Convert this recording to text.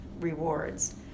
rewards